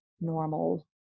normal